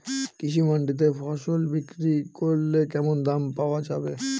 কৃষি মান্ডিতে ফসল বিক্রি করলে কেমন দাম পাওয়া যাবে?